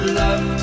love